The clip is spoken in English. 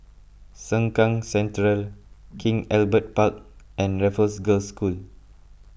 Sengkang Central King Albert Park and Raffles Girls' School